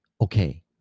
okay